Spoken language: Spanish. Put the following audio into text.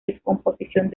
descomposición